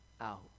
out